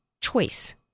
choice